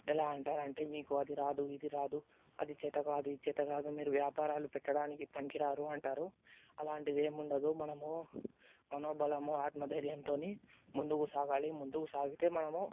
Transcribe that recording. ఎలా అంటారంటే నీకు అది రాదు ఇది రాదు అది చేతకాదు ఇది చేతకాదు మీరు వ్యాపారాలు పెట్టడానికి పనికిరారు అంటారు అలాంటిదే ఏముండదు మనము మనోబలము ఆత్మ ధైర్యంతోనీ ముందుకు సాగాలి ముందుకు సాగితే మనము